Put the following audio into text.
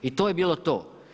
I to je bilo to.